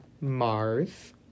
Mars